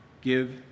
give